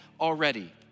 already